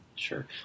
Sure